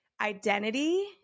identity